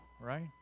right